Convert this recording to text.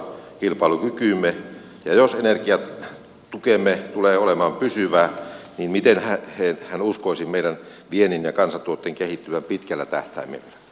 ja jos energiatukemme tulee olemaan pysyvää niin miten hän uskoisi meidän viennin ja kansantuotteen kehittyvän pitkällä tähtäimellä